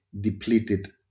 depleted